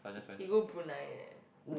he go Brunei eh